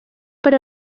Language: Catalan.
per